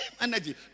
energy